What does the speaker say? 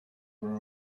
were